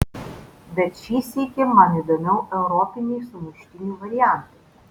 bet šį sykį man įdomiau europiniai sumuštinių variantai